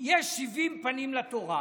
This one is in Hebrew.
יש שבעים פנים לתורה.